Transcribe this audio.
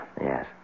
Yes